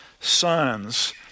sons